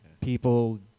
People